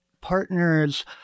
partners